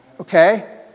Okay